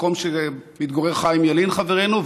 מקום שבו מתגורר חיים ילין חברנו,